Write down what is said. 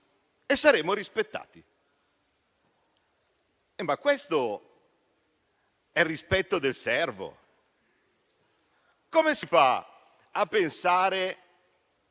e saremo rispettati. Ma questo è il rispetto del servo! Come si fa a pensare